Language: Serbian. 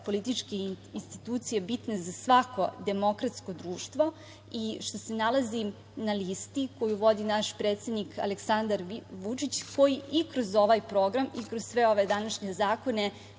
političke institucije bitne za svako demokratsko društvo i što se nalazim na listi koju vodi naš predsednik Aleksandar Vučić, koji i kroz ovaj program i kroz sve ove današnje zakone